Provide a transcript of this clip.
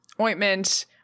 ointment